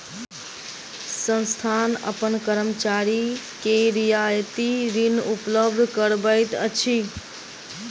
संस्थान अपन कर्मचारी के रियायती ऋण उपलब्ध करबैत अछि